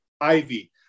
Ivy